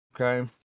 okay